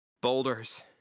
boulders